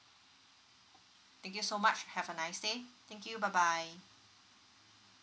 thank you so much have a nice day thank you bye bye